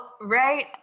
right